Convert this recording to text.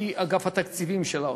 על-פי אגף התקציבים של האוצר.